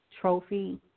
trophy